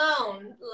alone